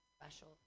special